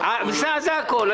זה הכול.